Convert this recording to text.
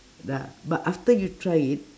ah but after you try it